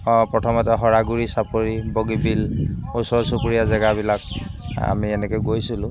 অ' প্ৰথমতে শৰাগুৰি চাপৰি বগীবিল ওচৰ চুবুৰীয়া জেগাবিলাক আমি এনেকৈ গৈছিলো